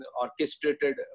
orchestrated